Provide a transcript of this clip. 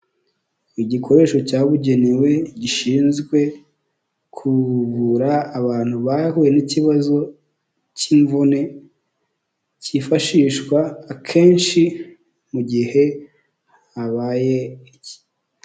Igikoresho cyabugenewe gishinzwe kugorura abantu bahuye n'ikibazo cy'imvune cyifashishwa akenshi mu gihe habaye iki.